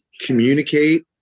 communicate